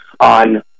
on